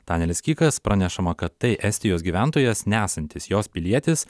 tanelis kikas pranešama kad tai estijos gyventojas nesantis jos pilietis